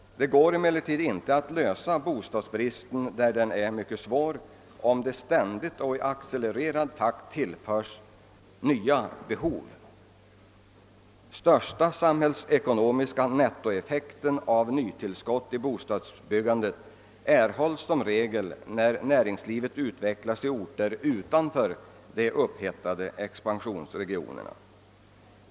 Det går emellertid inte att eliminera bostadsbristen där denna är mycket svår, om det ständigt och i accelererad takt tillkommer nya bostadsbehov. Den största samhällsekonomiska effekten av nytillskott till bostadsbyggandet erhålles som regel när näringslivet utvecklas i orter utanför de upphettade expansionsregionerna.